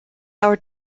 our